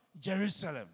Jerusalem